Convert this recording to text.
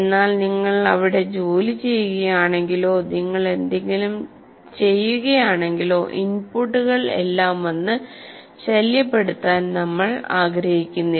എന്നാൽ നിങ്ങൾ അവിടെ ജോലി ചെയ്യുകയാണെങ്കിലോ നിങ്ങൾ എന്തെങ്കിലും ചെയ്യുകയാണെങ്കിലോ ഇൻപുട്ടുകൾ എല്ലാം വന്ന് ശല്യപ്പെടുത്താൻ നമ്മൾ ആഗ്രഹിക്കുന്നില്ല